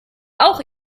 auch